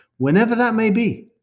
whenever that may be,